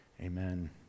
amen